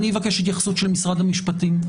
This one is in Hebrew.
אני אבקש התייחסות של משרד המשפטים.